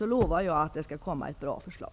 Då lovar jag att det skall komma ett bra förslag.